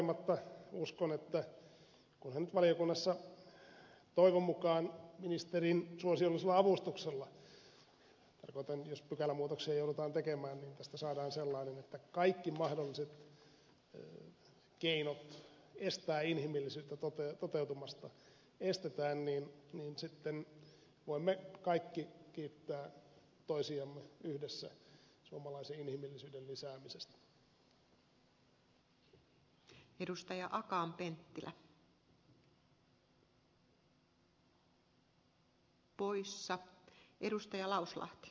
mutta kaikesta huolimatta uskon että kunhan nyt valiokunnassa toivon mukaan ministerin suosiollisella avustuksella tarkoitan että jos pykälämuutoksia joudutaan tekemään tästä saadaan sellainen että kaikki mahdolliset keinot estää inhimillisyyttä toteutumasta estetään niin sitten voimme kaikki kiittää toisiamme yhdessä suomalaisen inhimillisyyden lisäämisestä